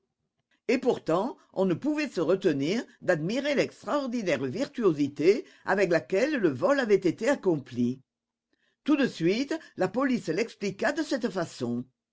et pourtant on ne pouvait se retenir d'admirer l'extraordinaire virtuosité avec laquelle le vol avait été accompli tout de suite la police l'expliqua de cette façon